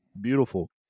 Beautiful